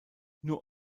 nur